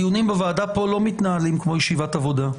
הדיונים פה בוועדה לא מתנהלים כמו ישיבת עבודה,